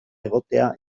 egotea